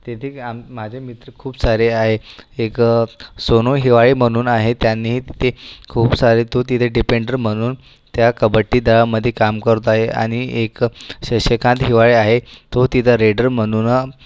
तेथील आम माझे मित्र खूप सारे आहे एक सोनू हिवाळे म्हणून आहे त्यांनी ते खूप सारे तिथे डिपेन्डर म्हणून त्या कबड्डी दलामध्ये काम करत आहे आणि एक शशिकांत हिवाळे आहे तो तिथे रेडर म्हणून